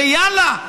ויאללה.